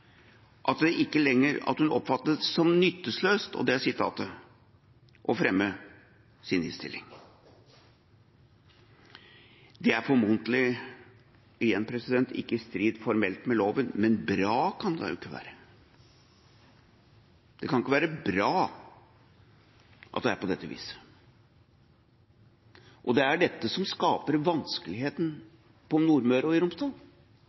det som nytteløst – og det er sitatet – å fremme sin innstilling. Det er formodentlig igjen ikke formelt i strid med loven, men bra kan det jo ikke være. Det kan ikke være bra at det er på dette viset, og det er dette som skaper vanskeligheten på Nordmøre og i Romsdal.